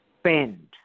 spend